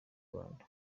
rwanda